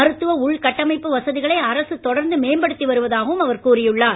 மருத்துவ உள் கட்டமைப்பு வசதிகளை அரசு தொடர்ந்து மேம்படுத்தி வருவதாகவும் அவர் கூறியுள்ளார்